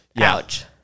ouch